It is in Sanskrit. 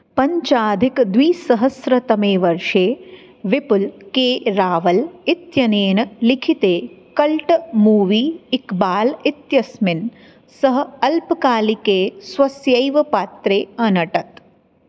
पञ्चाधिकद्विसहस्रतमेवर्षे विपुल् के रावल् इत्यनेन लिखिते कल्ट् मूवी इक्बाल् इत्यस्मिन् सः अल्पकालिके स्वस्यैव पात्रे अनटत्